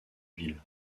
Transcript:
villes